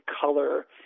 color